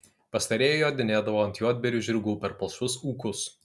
pastarieji jodinėdavo ant juodbėrių žirgų per palšvus ūkus